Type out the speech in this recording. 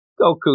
Goku